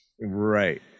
Right